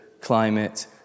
climate